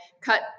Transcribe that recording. cut